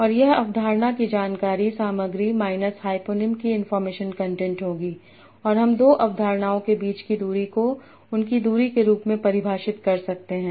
और यह अवधारणा की जानकारी सामग्री माइनस हाइपोनिम की इनफार्मेशन कंटेंट होगी और हम दो अवधारणाओं के बीच की दूरी को उनकी दूरी के रूप में परिभाषित कर सकते हैं